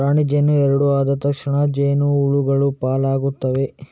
ರಾಣಿ ಜೇನು ಎರಡು ಆದ ತಕ್ಷಣ ಜೇನು ಹುಳಗಳು ಪಾಲಾಗ್ತವೆ